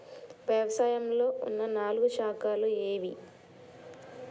వ్యవసాయంలో ఉన్న నాలుగు శాఖలు ఏవి?